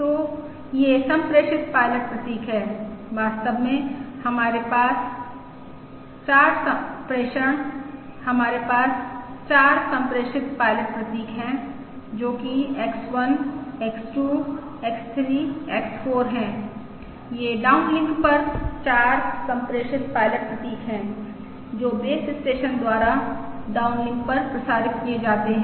तो ये सम्प्रेषित पायलट प्रतीक हैं वास्तव में हमारे पास 4 प्रेषण हमारे पास 4 सम्प्रेषित पायलट प्रतीक हैं जो कि X1 X2 X3 X4 हैं ये डाउनलिंक पर 4 सम्प्रेषित पायलट प्रतीक हैं जो बेस स्टेशन द्वारा डाउनलिंक पर प्रसारित किए जाते हैं